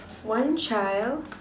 one child